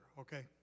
Okay